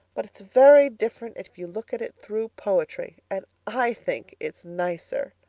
but it's very different if you look at it through poetry. and i think it's nicer.